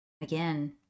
again